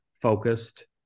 focused